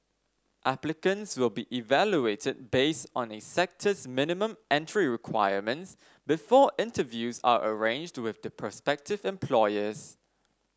applicants will be evaluated based on a sector's minimum entry requirements before interviews are arranged with the prospective employers